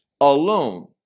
alone